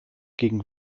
gegen